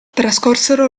trascorsero